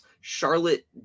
Charlotte